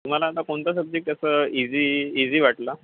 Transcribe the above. तुम्हाला आता कोणता सब्जेक्ट असं इझी इझी वाटला